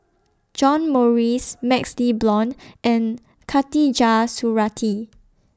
John Morrice MaxLe Blond and Khatijah Surattee